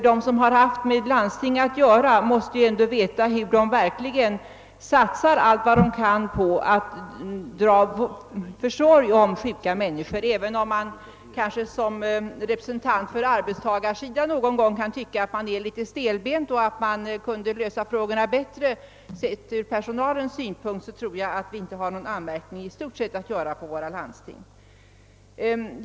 De som har haft med landstingen att göra måste veta att landstingen satsar allt vad de kan för att dra försorg om sjuka människor. Även om man kanske som representant för arbetstagarsidan någon gång kan tycka att landstingen är stelbenta och att problemen kunde lösas bättre ur personalsynpunkt, tror jag att vi i stort sett inte har någon anmärkning att göra mot landstingen.